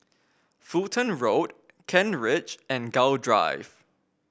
Fulton Road Kent Ridge and Gul Drive